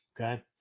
Okay